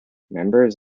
members